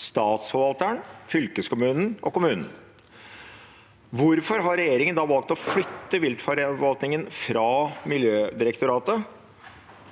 statsforvalteren, fylkeskommunen og kommunen. Hvorfor har regjeringen da valgt å flytte viltforvaltningen fra Miljødirektoratet